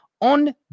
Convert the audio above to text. on